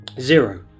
Zero